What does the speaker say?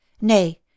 Nay